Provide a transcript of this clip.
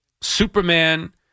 Superman